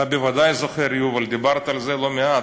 אתה בוודאי זוכר, יובל, דיברת על זה לא מעט.